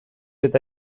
eta